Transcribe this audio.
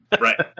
Right